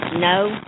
No